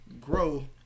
grow